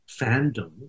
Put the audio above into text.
fandom